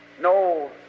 No